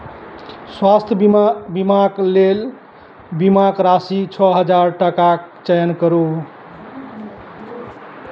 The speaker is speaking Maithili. स्वास्थ्य बीमा बीमाके लेल बीमाके राशि छओ हजार टाकाके चयन करू